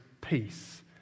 peace